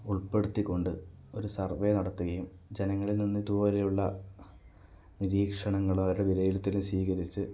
ഉൾപ്പെടുത്തിക്കൊണ്ട് ഒരു സർവ്വേ നടത്തുകയും ജനങ്ങളിൽ നിന്നിതുപോലെയുള്ള നിരീക്ഷണങ്ങളും അവരുടെ വിലയിരുത്തലുകളും സ്വീകരിച്ച്